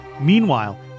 Meanwhile